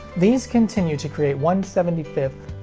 these continue to create one seventy fifth.